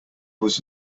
was